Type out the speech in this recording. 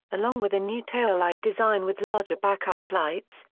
along with a new tail light design with larger backup lights,